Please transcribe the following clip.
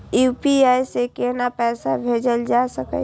UPI से केना पैसा भेजल जा छे?